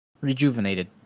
rejuvenated